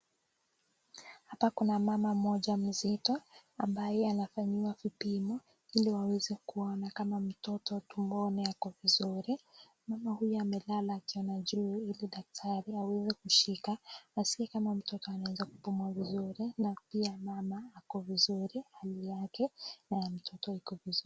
Hapa kuna mama moja mzito ambaye anafanyiwa vipimo ili aweze kuona kama mtoto tumboni ako vizuri. Mama huyo amelala akiona juu, ili daktari aweze kushika askie kama mtoto anweza kupumua vizuri, na pia mama ako vizuri hali yake na mtoto iko vizuri.